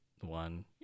one